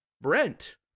Brent